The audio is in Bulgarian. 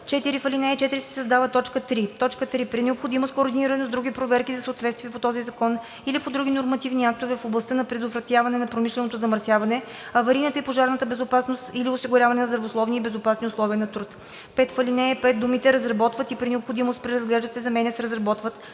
В ал. 4 се създава т. 3: „3. при необходимост координирано с други проверки за съответствие по този закон или други нормативни актове в областта на предотвратяване на промишленото замърсяване, аварийната и пожарната безопасност или осигуряване на здравословни и безопасни условия на труд.“ 5. В ал. 5 думите „разработват и при необходимост преразглеждат“ се заменят с „разработват,